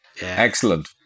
Excellent